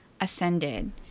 ascended